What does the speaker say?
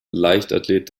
leichtathlet